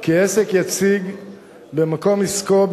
כי עוסק יציג במקום עסקו,